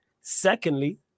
Secondly